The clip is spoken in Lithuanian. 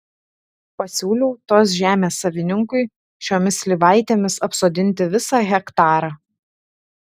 pasiūliau tos žemės savininkui šiomis slyvaitėmis apsodinti visą hektarą